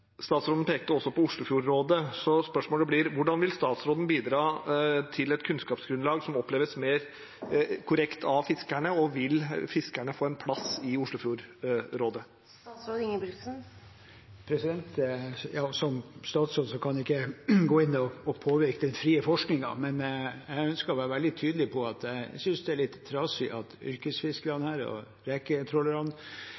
Statsråden pekte også på Oslofjordrådet. Spørsmålet blir: Hvordan vil statsråden bidra til et kunnskapsgrunnlag som oppleves mer korrekt av fiskerne, og vil fiskerne få en plass i Oslofjordrådet? Som statsråd kan jeg ikke gå inn og påvirke den frie forskningen, men jeg ønsker å være veldig tydelig på at jeg synes det er litt trasig at yrkesfiskerne